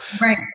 Right